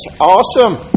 awesome